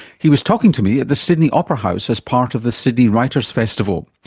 he was talking to me at the sydney opera house as part of the sydney writers' festival.